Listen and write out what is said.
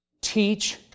Teach